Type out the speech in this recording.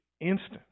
instant